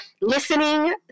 listening